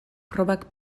probak